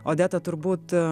odeta turbūt